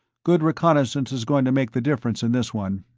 good reconnaissance is going to make the difference in this one.